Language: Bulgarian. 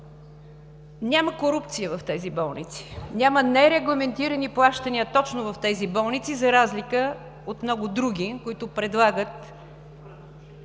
Няма корупция в тези болници. Няма нерегламентирани плащания точно в тези болници, за разлика от много други, които предлагат